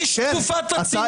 איש תקופת הצינון.